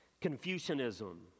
Confucianism